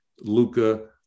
Luca